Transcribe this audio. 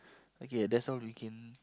okay that's all we can